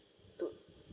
to